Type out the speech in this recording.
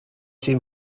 sydd